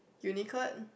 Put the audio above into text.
Unicurd